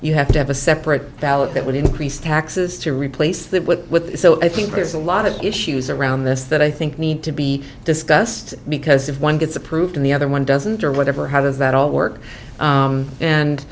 you have to have a separate ballot that would increase taxes to replace that with with so i think there's a lot of issues around this that i think need to be discussed because if one gets approved in the other one doesn't or whatever how does that all work